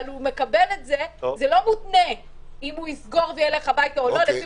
אבל זה לא מותנה אם יסגור וילך הביתה או לא.